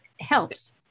helps